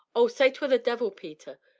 oh! say twere the devil, peter.